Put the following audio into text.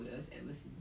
surrounded there